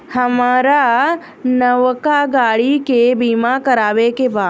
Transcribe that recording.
हामरा नवका गाड़ी के बीमा करावे के बा